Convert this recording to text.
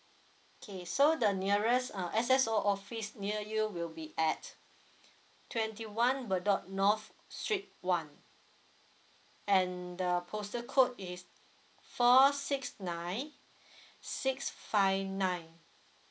okay so the nearest uh S_S_O office near you will be at twenty one bedok north street one and the postal code is four six nine six five nine